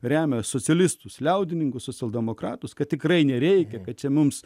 remia socialistus liaudininkus socialdemokratus kad tikrai nereikia kad mums